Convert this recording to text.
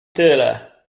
tyle